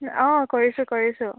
অঁ কৰিছোঁ কৰিছোঁ